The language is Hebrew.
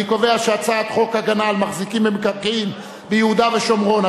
אני קובע שהצעת חוק הגנה על מחזיקים במקרקעין ביהודה ושומרון,